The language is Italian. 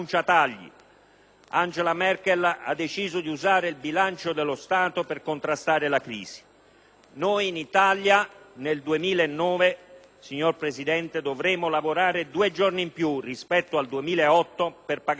Angela Merkel ha deciso di usare il bilancio dello Stato per contrastare la crisi. Noi in Italia, nel 2009, signor Presidente, dovremo lavorare due giorni in più rispetto al 2008 per pagare le tasse.